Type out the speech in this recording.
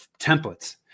templates